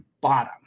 bottom